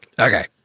Okay